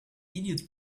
idiot